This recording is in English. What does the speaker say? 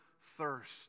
thirst